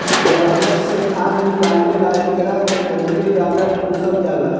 मगरमच्छ से खाल निकले ला एकरा के बहुते ज्यादे पोसल जाला